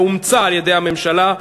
והצעתו אומצה על-ידי הממשלה,